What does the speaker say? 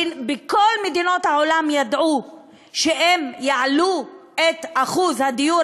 בכל מדינות העולם ידעו שאם מעלים את אחוז הדיור